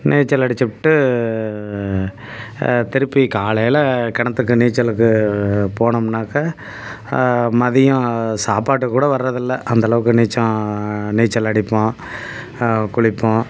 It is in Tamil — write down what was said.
நீச்சல் அடிச்சிப்விட்டு திருப்பிக் காலையில் கிணத்துக்கு நீச்சலுக்கு போனோம்னாக்கால் மதியம் சாப்பாட்டுக்கு கூட வர்றதில்லை அந்தளவுக்கு நீச்சல் நீச்சல் அடிப்போம் குளிப்போம்